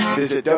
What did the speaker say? visit